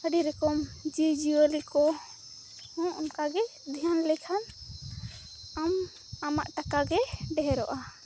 ᱟᱹᱰᱤᱨᱮᱠᱚᱢ ᱡᱤᱵᱽᱡᱤᱭᱟᱹᱞᱤ ᱠᱚ ᱦᱚᱸ ᱚᱱᱠᱟᱜᱮ ᱫᱷᱮᱭᱟᱱ ᱞᱮᱠᱷᱟᱱ ᱟᱢ ᱟᱢᱟᱜ ᱴᱟᱠᱟᱜᱮ ᱰᱷᱮᱨᱚᱜᱼᱟ